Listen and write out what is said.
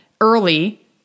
early